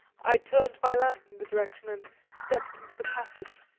i turned my lamp in the direction, and stepped into the passage.